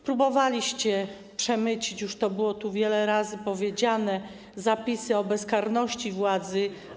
Próbowaliście przemycić, już to było tu wiele razy powiedziane, zapisy o bezkarności władzy.